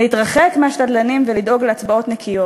להתרחק מהשתדלנים ולדאוג להצבעות נקיות,